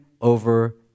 over